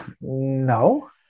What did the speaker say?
no